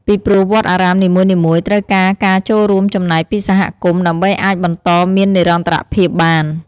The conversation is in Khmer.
ពីព្រោះវត្តអារាមនីមួយៗត្រូវការការចូលរួមចំណែកពីសហគមន៍ ដើម្បីអាចបន្តមាននិរន្តរភាពបាន។